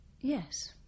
Yes